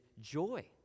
joy